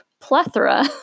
plethora